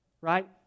right